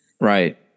Right